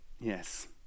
Yes